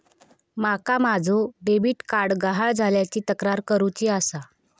माका माझो debit card गहाळ झाल्याची तक्रार करुची आसा